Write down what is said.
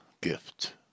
gift